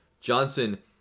Johnson